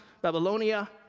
Babylonia